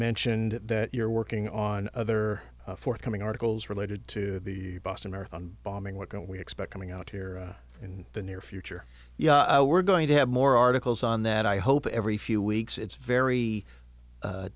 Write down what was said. mentioned that you're working on other forthcoming articles related to the boston marathon bombing what can we expect coming out here in the near future yeah we're going to have more articles on that i hope every few weeks it's very